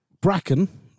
Bracken